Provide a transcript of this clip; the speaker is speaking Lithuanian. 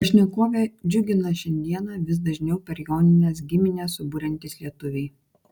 pašnekovę džiugina šiandieną vis dažniau per jonines giminę suburiantys lietuviai